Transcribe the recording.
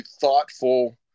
thoughtful